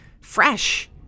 fresh